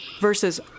Versus